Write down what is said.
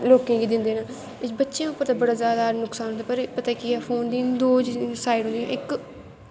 लोकें गी दिंदे नै बच्चें पर बड़ा जादा नुकसान पर इक ता केह् ऐ फोन दी दो साईड़ इक